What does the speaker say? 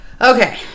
Okay